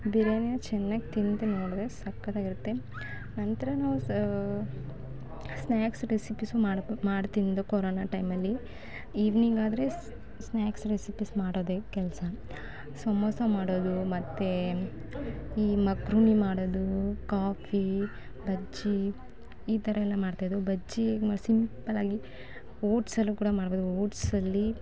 ಬಿರ್ಯಾನಿಯ ಚೆನ್ನಾಗಿ ತಿಂದು ನೋಡಿದ್ರೆ ಸಕ್ಕತ್ತಾಗಿರುತ್ತೆ ನಂತರ ನಾವು ಸಹ ಸ್ನ್ಯಾಕ್ಸ್ ರೆಸಿಪೀಸು ಮಾಡ್ಕೋ ಮಾಡ್ತಿದ್ದೋ ಕೊರೋನಾ ಟೈಮಲ್ಲಿ ಈವ್ನಿಂಗ್ ಆದರೆ ಸ್ ಸ್ನ್ಯಾಕ್ಸ್ ರೆಸಿಪೀಸ್ ಮಾಡೋದೆ ಕೆಲಸ ಸಮೋಸ ಮಾಡೋದು ಮತ್ತು ಈ ಮಕ್ರೋನಿ ಮಾಡೋದು ಕಾಫಿ ಬಜ್ಜಿ ಈ ಥರಯೆಲ್ಲ ಮಾಡ್ತಾಯಿದ್ದೋ ಬಜ್ಜಿ ಹೇಗೆ ಸಿಂಪಲ್ಲಾಗಿ ಓಟ್ಸಲ್ಲೂ ಕೂಡ ಮಾಡ್ಬೋದು ಓಟ್ಸಲ್ಲಿ